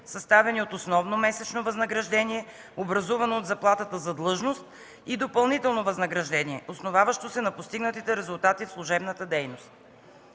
съставени от основно месечно възнаграждение, образувано от заплатата за длъжност, и допълнително възнаграждение, основаващо се на постигнатите резултати в служебната дейност.